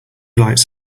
lights